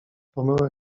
pomyłek